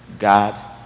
God